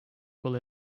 will